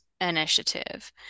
initiative